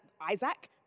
Isaac